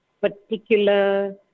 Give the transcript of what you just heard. particular